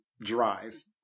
drive